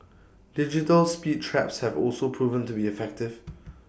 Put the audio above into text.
digital speed traps have also proven to be effective